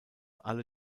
alle